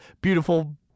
beautiful